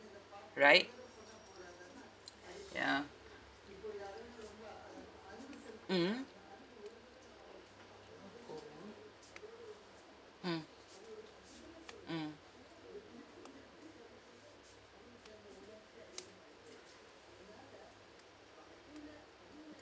right yeah mm mm mm